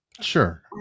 Sure